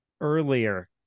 earlier